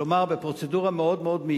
כלומר, הדבר הזה נעשה בפרוצדורה מאוד מהירה.